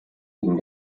ging